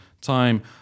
time